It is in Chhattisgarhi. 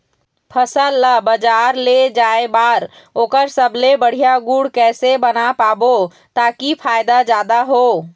फसल ला बजार ले जाए बार ओकर सबले बढ़िया गुण कैसे बना पाबो ताकि फायदा जादा हो?